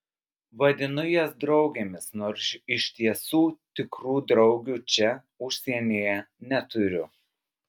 vadinu jas draugėmis nors iš tiesų tikrų draugių čia užsienyje neturiu